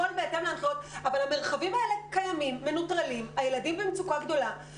אבל המרחבים האלה קיימים והם מנוטרלים והילדים במצוקה גדולה.